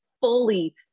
fully